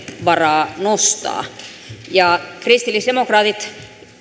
varaa nostaa kristillisdemokraatit